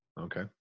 okay